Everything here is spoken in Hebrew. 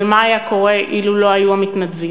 אבל מה היה קורה אילו לא היו המתנדבים?